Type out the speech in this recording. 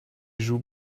joues